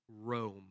Rome